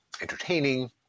entertaining